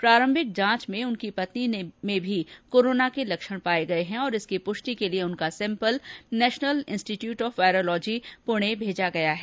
प्रारंभिक जांच में उनकी पत्नी में भी कोरोना के लक्षण पाये गये हैं और इसकी पुष्टि के लिए उनका sample National Institute of Virology Pune भेजा गया है